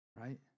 Right